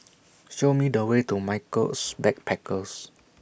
Show Me The Way to Michaels Backpackers